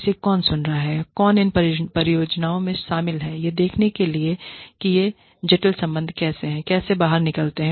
इसे कौन सुन रहा है कौन इन परियोजनाओं में शामिल है यह देखने के लिए कि ये जटिल संबंध कैसे हैं कैसे बाहर निकलते हैं